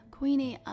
Queenie